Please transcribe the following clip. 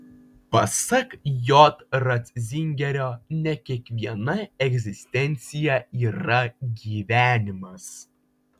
pasak j ratzingerio ne kiekviena egzistencija yra gyvenimas